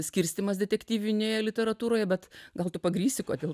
skirstymas detektyvinėje literatūroje bet gal tu pagrįsi kodėl